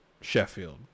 Sheffield